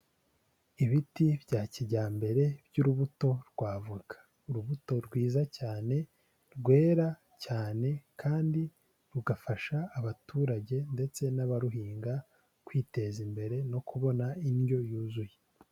Ibiti bya kijyambere by'urubuto rw'avoka, urubuto rwiza cyane rwera cyane kandi rugafasha abaturage ndetse n'abaruhinga kwiteza imbere no kubona indyo yuzuye.